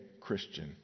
Christian